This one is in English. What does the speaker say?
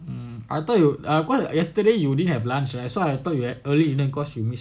hmm I thought you are quiet yesterday you didn't have lunch eh so I thought you were early dinner